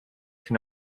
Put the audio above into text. can